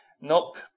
nope